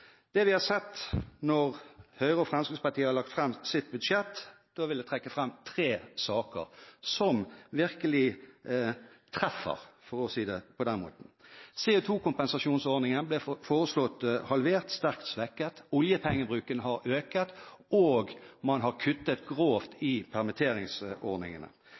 det vi har sett når Høyre og Fremskrittspartiet har lagt fram sitt budsjett, vil jeg trekke fram tre saker som virkelig treffer, for å si det på den måten. CO2-kompensasjonsordningen ble foreslått halvert, sterkt svekket, oljepengebruken har økt, og man har kuttet grovt i permitteringsordningene